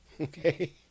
Okay